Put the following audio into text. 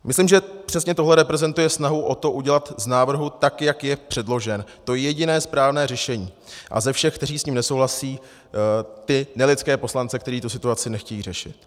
Myslím, že přesně tohle reprezentuje snahu o to udělat z návrhu, tak jak je předložen, to jediné správné řešení a ze všech, kteří s ním nesouhlasí, ty nelidské poslance, kteří tu situaci nechtějí řešit.